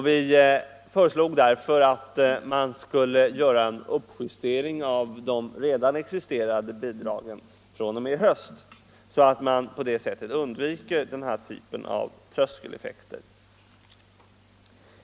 Vi föreslog därför att man skulle göra justeringar av de redan existerande bidragen fr.o.m. i höst så att man på det sättet undviker den typen av tröskeleffekter.